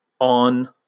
on